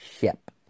ship